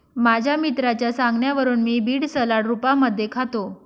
माझ्या मित्राच्या सांगण्यावरून मी बीड सलाड रूपामध्ये खातो